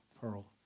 pearl